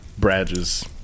Bradge's